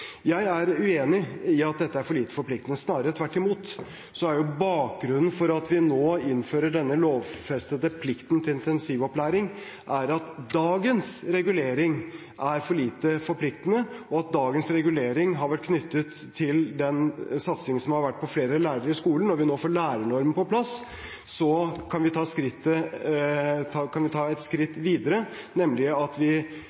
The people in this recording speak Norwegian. Jeg er uenig i at dette er for lite forpliktende – snarere tvert imot. Bakgrunnen for at vi nå innfører denne lovfestede plikten til intensivopplæring, er at dagens regulering er for lite forpliktende, og at dagens regulering har vært knyttet til den satsingen som har vært på flere lærere i skolen. Når vi nå får lærernormen på plass, kan vi ta et skritt videre, nemlig at vi